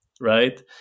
Right